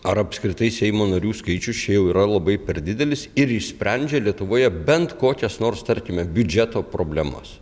ar apskritai seimo narių skaičius čia jau yra labai per didelis ir išsprendžia lietuvoje bent kokias nors tarkime biudžeto problemas